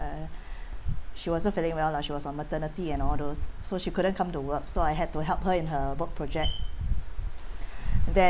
uh she wasn't feeling well lah she was on maternity and all those so she couldn't come to work so I had to help her in her board project then